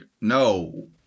no